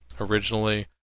originally